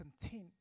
content